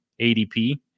ADP